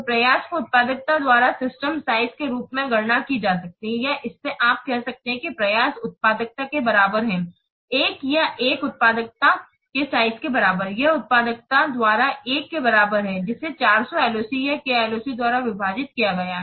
तो प्रयास को उत्पादकता द्वारा सिस्टम साइज़ के रूप में गणना की जा सकती है या इसमें आप कह सकते हैं कि प्रयास उत्पादकता के बराबर है 1 या 1 उत्पादकता उत्पादकता के साइज़ के बराबर है यह उत्पादकता द्वारा 1 के बराबर है जिसे 400 LOC या KLOC द्वारा विभाजित किया गया है